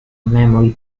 memory